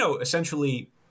essentially